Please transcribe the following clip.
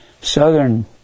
southern